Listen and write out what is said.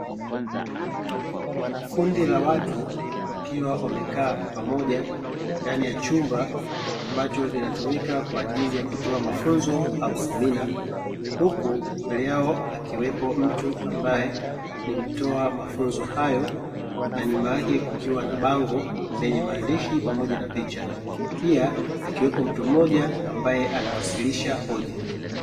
Kundi la watu wakiwa wamekaa kwa pamoja ndani ya chumba ambacho kina tumika kwa ajili ya kutoa mafunzo au semina, huku mbele yao akiwepo mtu ambaye ni mtoa mafunzo hayo na nyuma yake kukiwa na bango lenye maandishi pamoja na picha, pia akiwepo mtu mmoja ambaye anawakilisha hoja.